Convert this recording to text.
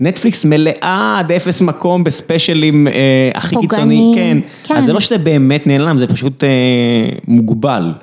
נטפליקס מלאה עד אפס מקום בספיישלים הכי קיצוניים, פוגעניים, כן. אז זה לא שזה באמת נעלם, זה פשוט מוגבל.